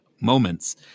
moments